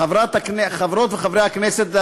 חברות וחברי הכנסת,